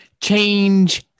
Change